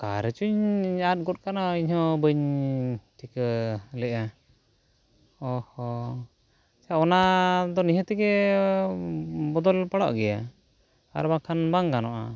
ᱚᱠᱟ ᱨᱮᱪᱚᱧ ᱟᱫ ᱜᱚᱜ ᱠᱟᱱᱟ ᱤᱧᱦᱚᱸ ᱵᱟᱹᱧ ᱴᱷᱤᱠᱟᱹ ᱞᱮᱫᱼᱟ ᱚᱼᱦᱚ ᱟᱪᱪᱷᱟ ᱚᱱᱟᱫᱚ ᱱᱤᱦᱟᱹᱛ ᱜᱮ ᱵᱚᱫᱚᱞ ᱯᱟᱲᱟᱜ ᱜᱮᱭᱟ ᱟᱨ ᱵᱟᱠᱷᱟᱱ ᱵᱟᱝ ᱜᱟᱱᱚᱜᱼᱟ